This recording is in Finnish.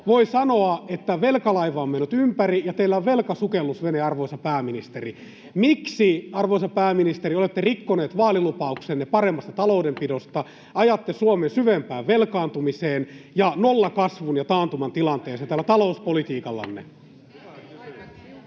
Voi sanoa, että velkalaiva on mennyt ympäri ja teillä on velkasukellusvene, arvoisa pääministeri. Miksi, arvoisa pääministeri, olette rikkonut vaalilupauksenne paremmasta taloudenpidosta ja ajatte Suomen syvempään velkaantumiseen ja nollakasvuun ja taantuman tilanteeseen tällä talouspolitiikallanne?